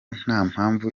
ntampamvu